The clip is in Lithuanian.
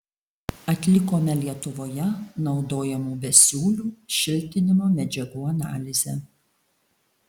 atlikome lietuvoje naudojamų besiūlių šiltinimo medžiagų analizę